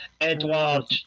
Edward